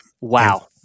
Wow